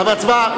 אפשר להצביע.